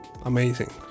amazing